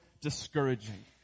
discouraging